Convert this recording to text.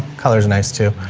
colors are nice too.